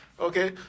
Okay